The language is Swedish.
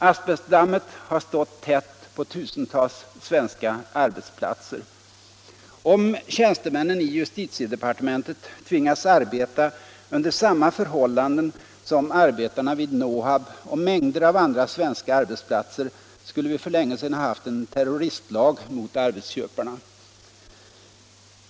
Asbestdammet har stått tätt på tusentals svenska arbetsplatser. Om tjänstemännen i justitiedepartementet tvingats arbeta under samma förhållanden som arbetarna vid Nohab och mängder av andra svenska arbetsplatser, skulle vi för länge sedan ha haft en terroristlag mot arbetsköparna.